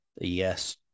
Yes